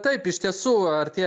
taip iš tiesų artėja